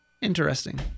interesting